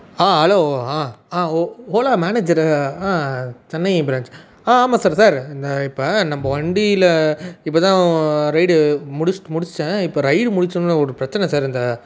ஆ hello ஆ ஆ ஓ ஓலா மேனேஜர் ஆ சென்னை ப்ரான்ஞ்ச் ஆ ஆமாம் சார் சார் இந்த இப்போ நம்ப வண்டியில் இப்போ தான் ரெய்டு முடிச்சுட்டு முடிச்சேன் இப்போ ரெய்டு முடிச்சோன்ன ஒரு பிரச்சனை சார் இந்த